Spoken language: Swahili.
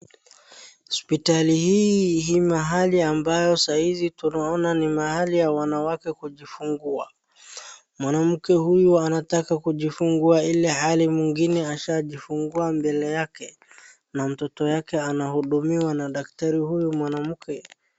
Hospitali hii ni mahali ambayo saizi tunaona ni mahali ya wanawake kujifungua, mwanamke huyu anataka kujifungua ilhali mwingine ashajifungua mbele yake na mtoto wake anahudumiwa na daktari huyu mwanamke.